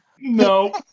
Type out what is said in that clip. No